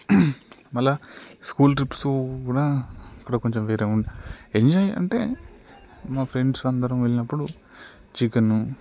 మళ్ళీ school trips కూడా ఇక్కడ కొంచెం వేరే ఉంట ఎంజాయ్ అంటే మా ఫ్రెండ్స్ అందరం వెళ్ళినప్పుడు చికెను